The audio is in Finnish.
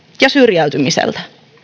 ja syrjäytymiseltä